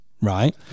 right